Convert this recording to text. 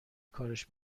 کارش